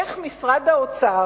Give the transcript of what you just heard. איך משרד האוצר